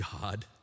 God